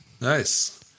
Nice